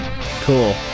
cool